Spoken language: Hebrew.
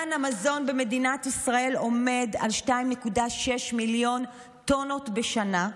אובדן המזון במדינת ישראל עומד על 2.6 מיליון טונות בשנה,